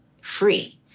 free